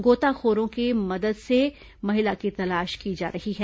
गोताखारों की मदद से महिला की तलाश की जा रही है